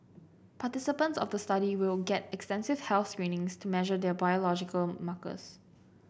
participants of the study will get extensive health screenings to measure their biological markers